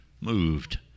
moved